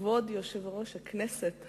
כבוד יושב-ראש הכנסת,